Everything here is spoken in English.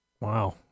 Wow